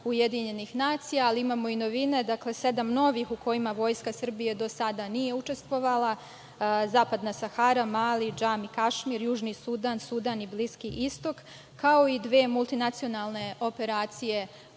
mirovnih operacija UN, ali imamo i novine, dakle sedam novih u kojima Vojska Srbije do sada nije učestvovala: Zapadna Sahara, Mali, Džami, Kašmir, Južni Sudan, Sudan i Bliski Istok, kao i dve multinacionalne operacije